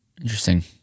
Interesting